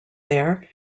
there